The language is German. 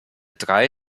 drei